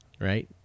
Right